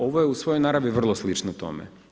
Ovo je u svojoj naravi vrlo slično tome.